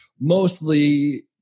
mostly